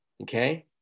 Okay